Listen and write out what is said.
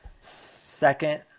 second